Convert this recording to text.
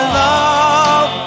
love